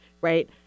right